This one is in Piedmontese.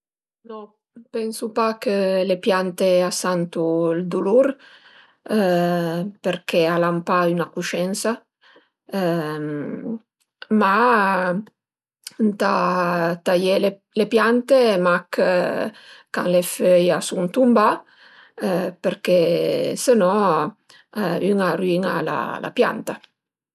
No pensu pa che le piante a santu ël dulur perché al an pa üna cuscensa, ma ëntà taié le piante mach can le föie a sun tumbà perché së no ün a rüina la pianta